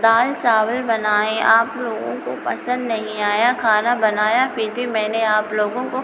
दाल चावल बनाए आप लोगों को पसंद नहीं आया खाना बनाया फिर भी मैंने आप लोगों को